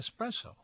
espresso